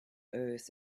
earth